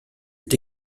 est